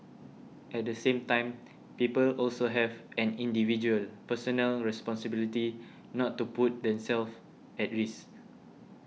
at the same time people also have an individual personal responsibility not to put themselves at risk